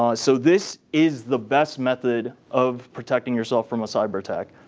um so this is the best method of protecting yourself from a cyber attack.